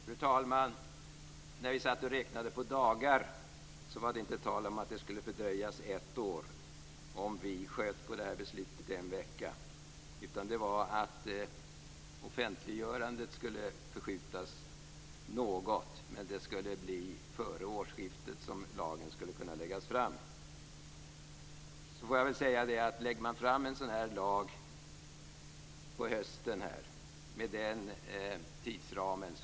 Fru talman! När vi satt och räknade på dagar var det inte tal om att det skulle fördröjas ett år, om vi sköt upp beslutet en vecka. Offentliggörandet skulle förskjutas framåt något, men lagförslaget skulle kunna läggas fram före årsskiftet. Regeringen lägger fram detta lagförslag efter åtta års utredande och ett par års ytterligare behandling.